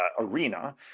arena